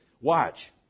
Watch